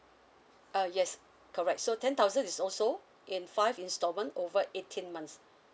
err yes correct so ten thousand is also in five installment over eighteen months